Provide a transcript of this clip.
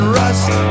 rust